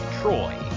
Troy